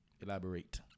Elaborate